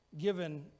given